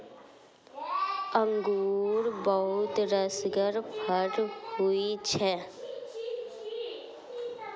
अंगुर बहुत रसगर फर होइ छै